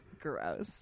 Gross